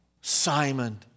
Simon